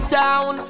town